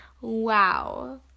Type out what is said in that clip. Wow